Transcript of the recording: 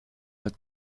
als